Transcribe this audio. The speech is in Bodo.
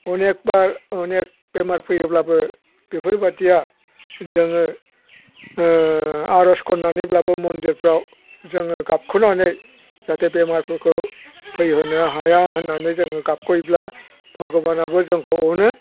अनेखबार अनेख बेमार फैयोब्लाबो बेफोरबादिया जोङो आर'ज खननानैब्लाबो मन्दिरफ्राव जोङो गाबखनानै जाहाथे बेमारफोरखौ फैहोनो हाया होननानै जोङो गाबखयोब्ला भगबानाबो जोंखौ अनो